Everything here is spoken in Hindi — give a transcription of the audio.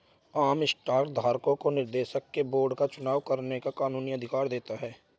आम स्टॉक धारकों को निर्देशकों के बोर्ड का चुनाव करने का कानूनी अधिकार देता है